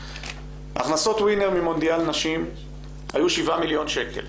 הכנסות ווינר ממונדיאל נשים - היו שבעה מיליון שקל.